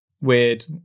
weird